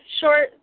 short